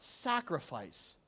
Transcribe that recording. sacrifice